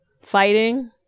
fighting